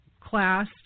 class